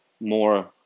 more